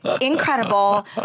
incredible